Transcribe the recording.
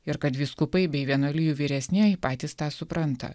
ir kad vyskupai bei vienuolijų vyresnieji patys tą supranta